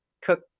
cook